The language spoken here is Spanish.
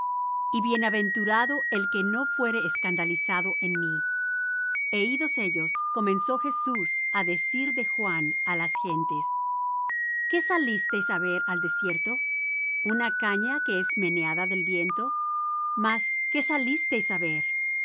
y bienaventurado es el que no fuere escandalizado en mí e idos ellos comenzó jesús á decir de juan á las gentes qué salisteis á ver al desierto una caña que es meneada del viento mas qué salisteis á ver un